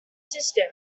system